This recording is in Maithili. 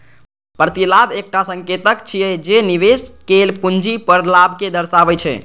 प्रतिलाभ एकटा संकेतक छियै, जे निवेश कैल पूंजी पर लाभ कें दर्शाबै छै